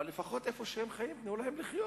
אבל לפחות איפה שהם חיים, תנו להם לחיות.